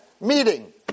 meeting